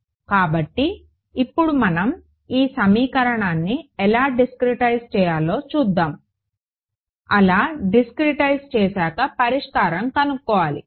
కాబట్టి ఇప్పుడు మనం ఈ సమీకరణాన్ని ఎలా డిస్క్రెటైజ్ చేయాలో చూద్దాం అలా డిస్క్రెటైజ్ చేశాక పరిష్కారం కనుక్కోవాలి